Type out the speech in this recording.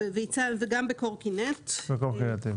ועל קורקינטים.